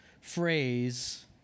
phrase